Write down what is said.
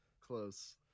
close